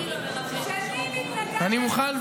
אני מוכן,